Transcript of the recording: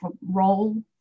role